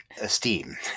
Esteem